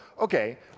okay